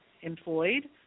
employed